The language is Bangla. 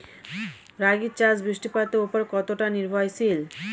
রাগী চাষ বৃষ্টিপাতের ওপর কতটা নির্ভরশীল?